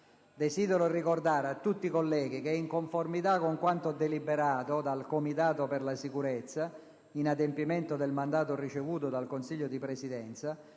Desidero ricordare a tutti colleghi che, in conformità con quanto deliberato dal Comitato per la sicurezza, in adempimento del mandato ricevuto dal Consiglio di Presidenza,